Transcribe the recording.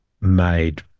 made